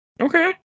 okay